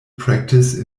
practice